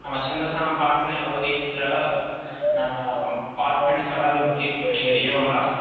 नाम छन्दसां पाठने भवती तत्र पवर्पाय्ण्ट् नाम ज द्वारा अपि भवती पाठे एवं वा